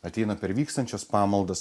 ateina per vykstančias pamaldas